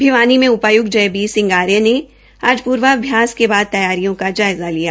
भिवानी के उपाय्क्त जयवीर सिह आर्य ने आज पूर्वाभ्यास के बाद तैयारियों का जायज़ा लिया